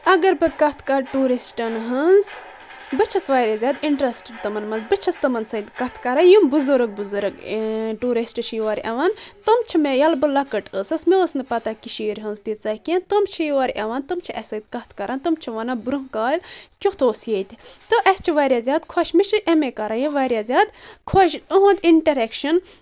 اگر بہٕ کتھ کرِ ٹیورشٹن ہنٛز بہٕ چھس واریاہ زیادٕ انٹرشٹِڑ تمن منٛز بہٕ چھس تمن سۭتۍ کتھ کران یم بُزرٕگ بُزرٕگ ٹیورشٹ چھ یور یِوان تِم چھِ مےٚ ییلہِ بہٕ لکٕٹۍ ٲسٕس مےٚ ٲس نہٕ پتہ کٔشیر ہنٛز تیژہ کیٚنٛہہ تِم چھ یور یوان تم چھ اسہِ سۭتۍ کتھ کران تم چھ ونان برونٛہہ کالہِ کیُتھ اوس ییٚتہِ تہِ اسہِ چھ واریاہ زیادٕ خوش مےٚ چھ امے کران یہِ واریاہ زیادٕ خوش یُہنُد انٹریکشن